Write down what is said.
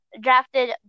drafted